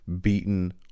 beaten